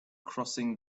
crossing